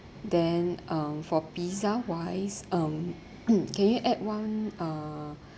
then um for pizza wise um can you add one uh